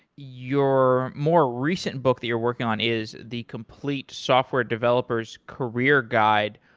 your more recent book that you're working on is the complete software developers career guide.